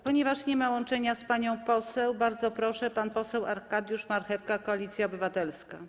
Ponieważ nie ma połączenia z panią poseł, głos zabierze pan poseł Arkadiusz Marchewka, Koalicja Obywatelska.